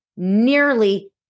nearly